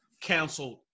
canceled